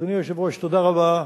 אדוני היושב-ראש, תודה רבה.